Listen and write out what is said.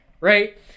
right